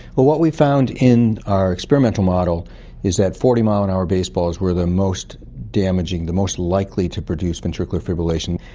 but what we found in our experimental model is that forty mile an hour baseballs were the most damaging, the most likely to produce ventricular fibrillation.